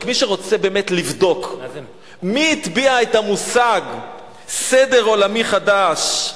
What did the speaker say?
רק מי שרוצה באמת לבדוק מי טבע את המושג "סדר עולמי חדש"